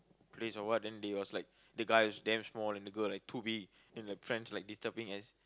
place or what then they was like the guy's damn small and the girl like too big and the friends like disturbing as